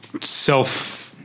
self